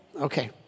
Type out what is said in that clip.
okay